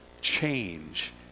Change